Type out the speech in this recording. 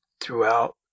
throughout